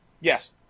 Yes